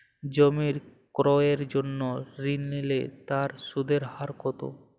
জমি ক্রয়ের জন্য ঋণ নিলে তার সুদের হার কতো?